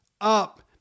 up